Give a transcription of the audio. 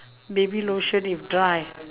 baby lotion if dry